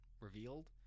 revealed